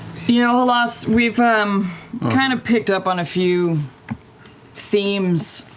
you know was we've um kind of picked up on a few themes